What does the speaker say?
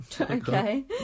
Okay